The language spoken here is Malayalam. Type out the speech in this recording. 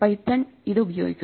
പൈത്തൺ ഇത് ഉപയോഗിക്കുന്നു